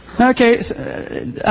Okay